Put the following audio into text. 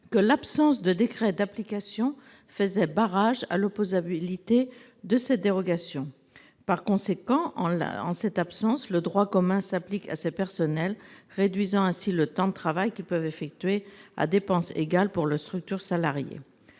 que l'absence de décret d'application faisait barrage à l'opposabilité d'une telle dérogation. Par conséquent, en cette absence, le droit commun s'applique à ces personnels, réduisant ainsi le temps de travail qu'ils peuvent effectuer à dépense égale pour leur structure salariée.